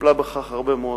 וטיפלה בכך הרבה מאוד,